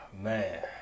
man